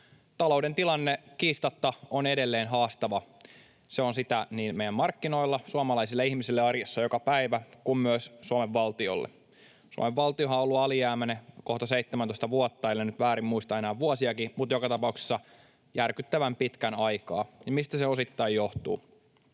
Talouden tilanne kiistatta on edelleen haastava. Se on sitä niin meidän markkinoille, suomalaisille ihmiselle arjessa joka päivä kuin myös Suomen valtiolle. Suomen valtiohan on ollut alijäämäinen kohta 17 vuotta — ellen nyt väärin muista vuosia, mutta joka tapauksessa järkyttävän pitkän aikaa. Mistä se osittain johtuu?